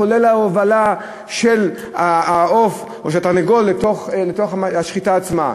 כולל ההובלה של העוף או של התרנגול לתוך השחיטה עצמה,